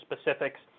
specifics